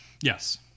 Yes